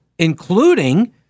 including